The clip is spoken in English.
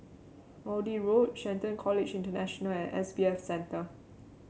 Maude Road Shelton College International and S B F Center